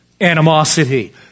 Animosity